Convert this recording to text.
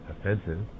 offensive